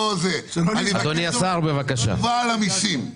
אדוני השר, תשובה על המיסים.